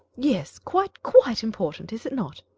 yes, quite, quite important, is it not?